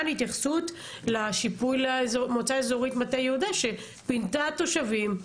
התייחסות לשיפוי למועצה אזורית מטה יהודה שפינתה תושבים,